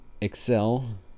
Excel